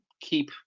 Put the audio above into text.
keep